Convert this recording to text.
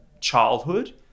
childhood